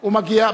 הוא מגיע?